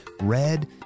red